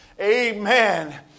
amen